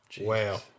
Wow